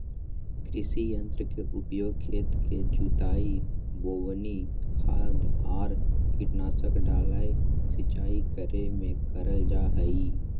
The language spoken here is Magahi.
कृषि यंत्र के उपयोग खेत के जुताई, बोवनी, खाद आर कीटनाशक डालय, सिंचाई करे मे करल जा हई